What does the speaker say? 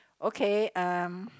okay um